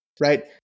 right